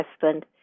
husband